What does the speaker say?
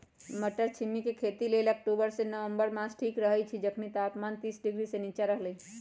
मट्टरछिमि के खेती लेल अक्टूबर से नवंबर मास ठीक रहैछइ जखनी तापमान तीस डिग्री से नीचा रहलइ